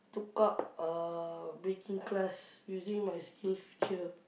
took up uh baking class using my SkillsFuture